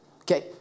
okay